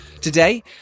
Today